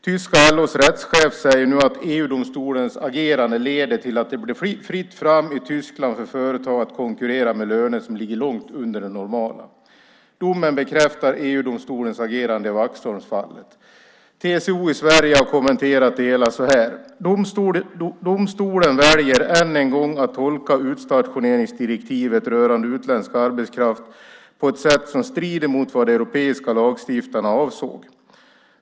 Tyska LO:s rättschef säger nu att EG-domstolens agerande leder till att det blir fritt fram i Tyskland för företag att konkurrera med löner som ligger långt under det normala. Domen bekräftar EG-domstolens agerande i Vaxholmsfallet. TCO i Sverige har kommenterat det hela genom att framhålla att domstolen väljer att än en gång tolka utstationeringsdirektivet rörande utländsk arbetskraft på ett sätt som strider mot vad de europeiska lagstiftarna avsåg.